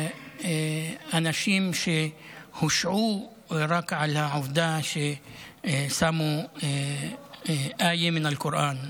אנשים שהושעו רק בשל העובדה ששמו איה מן אל-קוראן,